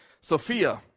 Sophia